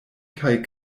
kaj